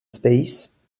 space